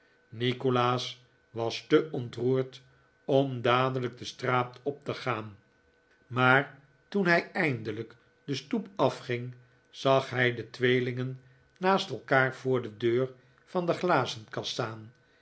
nikolaas was te ontfoerd om dadelijk de straat op te gaan maar toen hij eindelijk de stoep afging zag hij de tweelingen naast elkaar voor de deur van de glazenkast staan